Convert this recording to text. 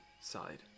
side